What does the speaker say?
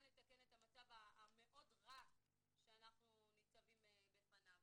יהיה לתקן את המצב המאוד רע שאנחנו ניצבים בפניו.